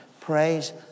Praise